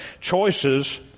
choices